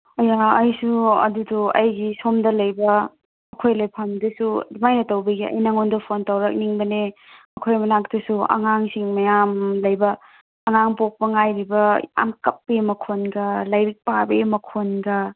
ꯍꯣꯏꯅꯦ ꯑꯩꯁꯨ ꯑꯗꯨꯗꯣ ꯑꯩꯒꯤ ꯁꯣꯝꯗ ꯂꯩꯕ ꯑꯩꯈꯣꯏ ꯂꯩꯐꯝꯗꯨꯁꯨ ꯑꯗꯨꯃꯥꯏꯅ ꯇꯧꯕꯤꯒꯦ ꯑꯩ ꯅꯪꯉꯣꯟꯗ ꯐꯣꯟ ꯇꯧꯔꯛꯅꯤꯡꯕꯅꯦ ꯑꯩꯈꯣꯏꯔꯣꯝ ꯃꯅꯥꯛꯇꯁꯨ ꯑꯉꯥꯡꯁꯤꯡ ꯃꯌꯥꯝ ꯂꯩꯕ ꯑꯉꯥꯡ ꯄꯣꯛꯄ ꯉꯥꯏꯔꯤꯕ ꯌꯥꯝ ꯀꯞꯄꯦ ꯃꯈꯣꯟꯒ ꯂꯥꯏꯔꯤꯛ ꯄꯥꯕꯒꯤ ꯃꯈꯣꯟꯒ